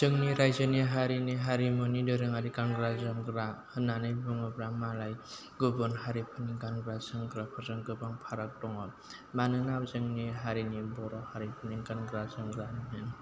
जोंनि राज्योनि हारिनि हारिमुनि दोरोङारि गानग्रा जोमग्रा होननानै बुङोब्ला मालाय गुबुन हारिफोरनि गानग्रा जोमग्राफोरजों गोबां फाराग दङ मानोना जोंनि हारिनि बर' हारिफोरनि गानग्रा जोमग्रा होन